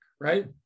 Right